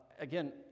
again